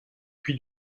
puy